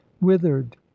withered